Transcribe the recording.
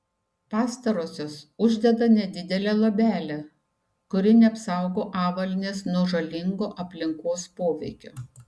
pastarosios uždeda nedidelę luobelę kuri neapsaugo avalynės nuo žalingo aplinkos poveikio